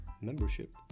membership